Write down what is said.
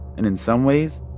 and in some ways,